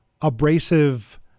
abrasive